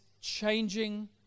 changing